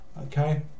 okay